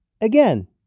again